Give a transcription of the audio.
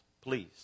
please